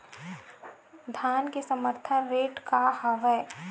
धान के समर्थन रेट का हवाय?